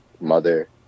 mother